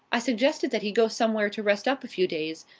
i suggested that he go somewhere to rest up a few days,